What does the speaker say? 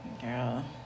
Girl